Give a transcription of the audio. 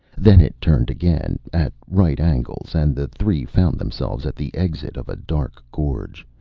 then it turned again, at right angles, and the three found themselves at the exit of a dark gorge,